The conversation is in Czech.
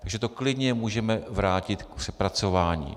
Takže to klidně můžeme vrátit k přepracování.